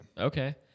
okay